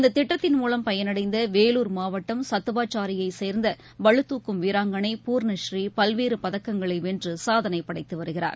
இந்த திட்டத்தின் மூலம் பயனடைந்த வேலூர் மாவட்டம் சத்துவாச்சாரியைச் சேர்ந்த பளு தூக்கும் வீராங்கனை பூரணஸ்ரீ பல்வேறு பதக்கங்களை வென்று சாதனை படைத்து வருகிறார்